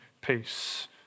peace